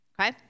okay